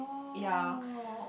yeah